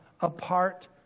apart